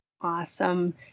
awesome